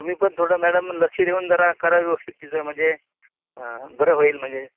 तुम्ही पण थोडं मॅडम लक्ष देऊन जरा करा व्यवस्थित तिचं म्हणजे हां बरं होईल म्हणजे